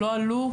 לא עלו,